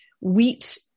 wheat